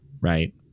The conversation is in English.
right